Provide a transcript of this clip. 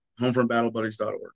homefrontbattlebuddies.org